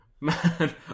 Man